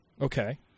Okay